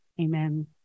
Amen